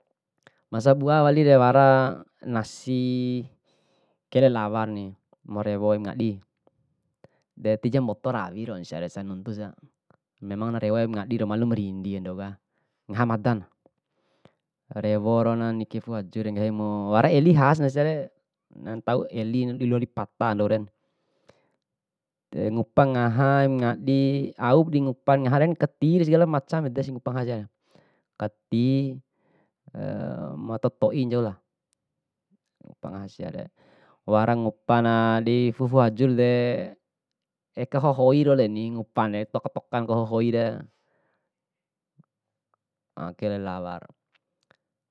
Masa bua walire wara nasi (kelelawarni ma rewo aim ngadi, de ti ja mboto rawina rau siake nuntusi, memang na rewo aim ngadi rau malum rindi aundouka. Ngaha madan, rewo rauna niki fu'u hajure nggahimu, wara eli has na siare na ntau elina tilao dipata aundoure. De ngupa ngaha aim ngadi, au dingupan ngahare kati segala macam edesi ngupa ngaha siare. Kati ma toi toi ncaulah, ngupa ngaha siare, wara ngupana di fu'u fu'u hajude, eko hohoi rauni ngupanare, totokan hohoire e kelelawar.